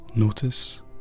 Notice